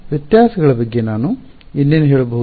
ವ್ಯತ್ಯಾಸಗಳ ಬಗ್ಗೆ ನಾವು ಇನ್ನೇನು ಹೇಳಬಹುದು